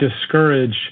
discourage